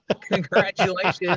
Congratulations